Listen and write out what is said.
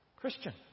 Christian